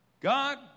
God